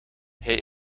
hij